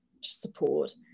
support